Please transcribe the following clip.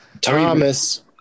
Thomas